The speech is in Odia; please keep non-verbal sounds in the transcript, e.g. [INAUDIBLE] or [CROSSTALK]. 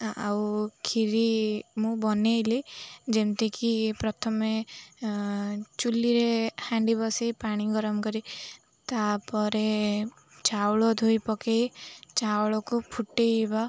ଆଉ [UNINTELLIGIBLE] ମୁଁ ବନେଇଲି ଯେମିତିକି ପ୍ରଥମେ ଚୁଲିରେ ହାଣ୍ଡି ବସେଇ ପାଣି ଗରମ କରି ତାପରେ ଚାଉଳ ଧୋଇ ପକେଇ ଚାଉଳକୁ ଫୁଟେଇବା